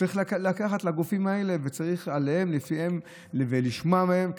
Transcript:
צריך לקחת את הגופים האלה ולשמוע מהם,